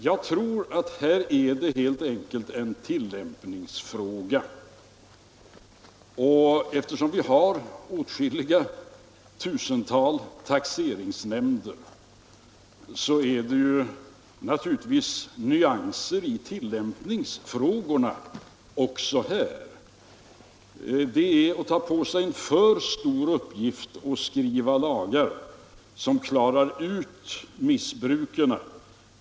Jag tror att detta helt enkelt är en tillämpningsfråga. Eftersom vi har åtskilliga tusental taxeringsnämnder förekommer naturligtvis nyanser i tillämpningen också i detta avseende. Det är att ta på sig en alltför stor uppgift att försöka skriva lagar som eliminerar missbruken.